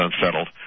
unsettled